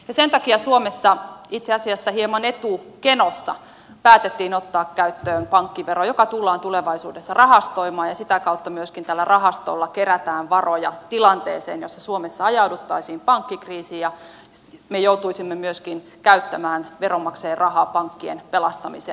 sen takia suomessa itse asiassa hieman etukenossa päätettiin ottaa käyttöön pankkivero joka tullaan tulevaisuudessa rahastoimaan ja sitä kautta myöskin tällä rahastolla kerätään varoja tilanteeseen jossa suomessa ajauduttaisiin pankkikriisiin ja me joutuisimme myöskin käyttämään veronmaksajien rahaa pankkien pelastamiseen